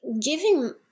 giving